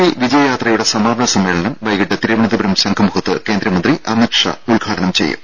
P വിജയയാത്രയുടെ സമാപന സമ്മേളനം വൈകിട്ട് തിരുവനന്തപുരം ശംഖുമുഖത്ത് കേന്ദ്രമന്ത്രി അമിത് ഷാ ഉദ്ഘാടനം ചെയ്യും